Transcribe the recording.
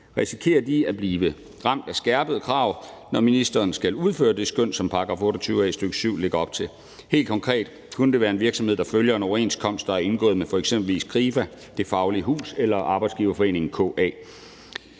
Risikerer de at blive ramt af skærpede krav, når ministeren skal udføre det skøn, som § 28, stk. 7, lægger op til? Helt konkret kunne det være en virksomhed, der følger en overenskomst, der er indgået med eksempelvis Krifa, Det Faglige Hus eller Arbejdsgiverforeningen KA,